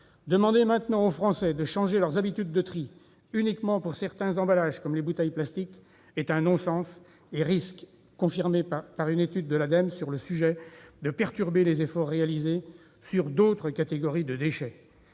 Demander aujourd'hui aux Français de changer leurs habitudes de tri, et uniquement pour certains emballages comme les bouteilles plastiques, est un non-sens et risque, ce qui est confirmé par une étude de l'Ademe sur le sujet, de perturber les efforts réalisés sur d'autres catégories de déchets.